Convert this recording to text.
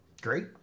great